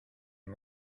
and